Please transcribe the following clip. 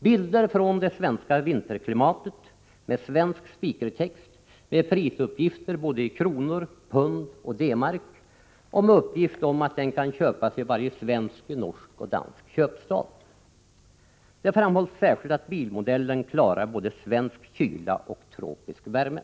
Bilder visas från svensk vintermiljö, med svensk speakertext, med prisuppgifter både i kronor, pund och D-mark och med uppgift om att den kan köpas i varje svensk, norsk och dansk köpstad. Det framhålls särskilt att bilmodellen klarar både svensk kyla och tropisk värme.